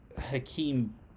Hakeem